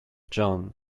john